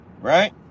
right